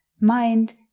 Mind